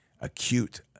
Acute